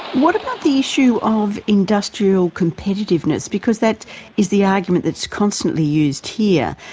what about the issue of industrial competitiveness, because that is the argument that's constantly used here,